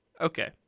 Okay